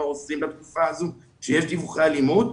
עושים בתקופה הזאת כשיש דיווחי אלימות.